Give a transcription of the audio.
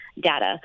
data